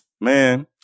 Man